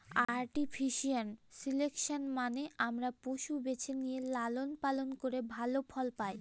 artificial selection মানে আমরা পশু বেছে নিয়ে লালন পালন করে ভালো ফল পায়